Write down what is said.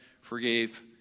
forgave